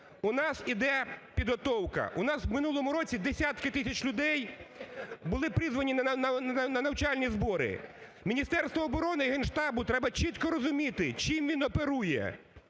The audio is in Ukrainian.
у нас йде підготовка, у нас в минулому році десятки тисяч людей були призвані на навчальні збори. Міністерству оборони і Генштабу треба чітко розуміти, чим він оперує,